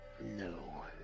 No